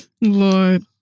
Lord